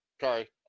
Sorry